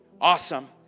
Awesome